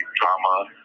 drama